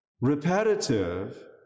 repetitive